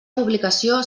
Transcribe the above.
publicació